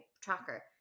tracker